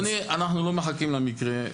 אדוני, אנחנו לא מחכים למקרה.